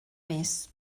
més